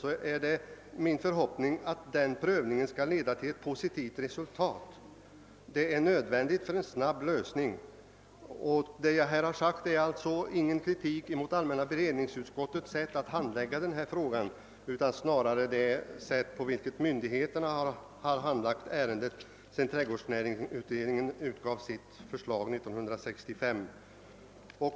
Det är min förhoppning att den prövningen skall leda till ett positivt resultat; det är nödvändigt för en snabb lösning. Vad jag nu sagt är ingen kritik mot allmänna beredningsutskottets sätt att handlägga denna fråga utan snarare mot det sätt på vilket myndigheterna handlagt ärendet sedan trädgårdsnäringsutredningen avlämnade sitt förslag 1965.